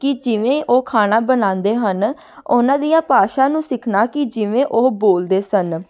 ਕਿ ਜਿਵੇਂ ਉਹ ਖਾਣਾ ਬਣਾਉਂਦੇ ਹਨ ਉਹਨਾਂ ਦੀਆਂ ਭਾਸ਼ਾ ਨੂੰ ਸਿੱਖਣਾ ਕਿ ਜਿਵੇਂ ਉਹ ਬੋਲਦੇ ਸਨ